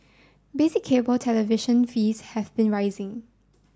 basic cable television fees have been rising